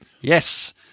Yes